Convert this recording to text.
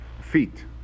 feet